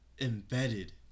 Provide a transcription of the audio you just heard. embedded